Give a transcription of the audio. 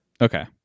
Okay